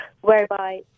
whereby